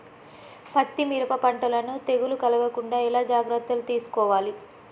పత్తి మిరప పంటలను తెగులు కలగకుండా ఎలా జాగ్రత్తలు తీసుకోవాలి?